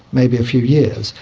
maybe a few years.